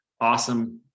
awesome